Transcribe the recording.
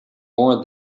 more